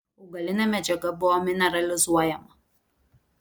augalinė medžiaga buvo mineralizuojama